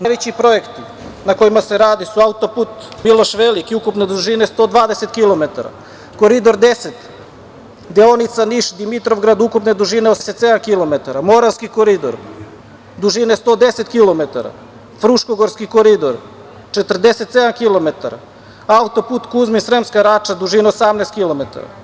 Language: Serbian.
Najveći projekti na kojima se rade su autoput „Miloš Veliki“, ukupne dužine 120 kilometara, Koridor 10, deonica Niš – Dimitrovgrad, ukupne dužine 87 kilometara, Moravski koridor dužine 110 kilometara, Fruškogorski koridor, 47 kilometara, autoput Kuzmin - Sremska Rača, dužine 18 kilometara.